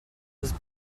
was